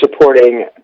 supporting